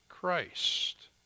Christ